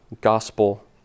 gospel